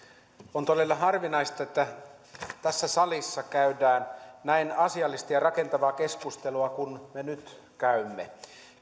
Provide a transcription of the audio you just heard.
on todella harvinaista että tässä salissa käydään näin asiallista ja rakentavaa keskustelua kuin me nyt käymme